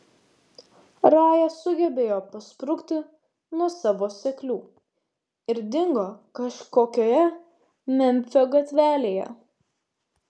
raja sugebėjo pasprukti nuo savo seklių ir dingo kažkokioje memfio gatvelėje